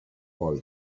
boy